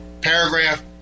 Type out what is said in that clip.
paragraph